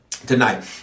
Tonight